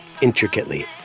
intricately